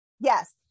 Yes